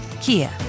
Kia